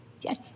Yes